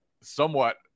somewhat